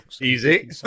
Easy